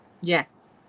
Yes